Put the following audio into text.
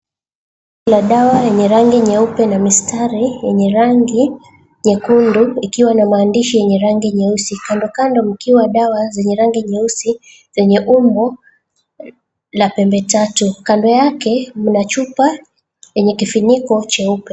La dawa yenye rangi nyeupe na mistari yenye rangi nyekundu ikiwa na maandishi yenye rangi nyeusi, kandokando mkiwa dawa zenye rangi nyeusi zenye umbo la pembe tatu. Kando yake mna chupa yenye kifuniko cheupe.